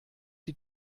die